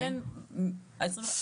כן, אוקיי.